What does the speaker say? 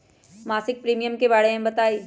मासिक प्रीमियम के बारे मे बताई?